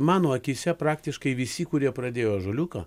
mano akyse praktiškai visi kurie pradėjo ąžuoliuką